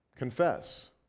confess